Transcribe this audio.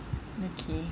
mm mm mm mm okay